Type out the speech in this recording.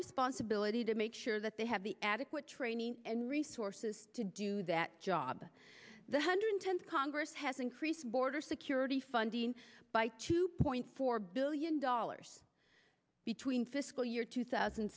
responsibility to make sure that they have the adequate training and resources to do that job the hundred tenth congress has increased border security funding by two point four billion dollars between fiscal year two thousand